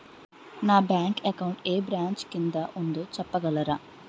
నా bank account ఏ branch కిందా ఉందో చెప్పగలరా?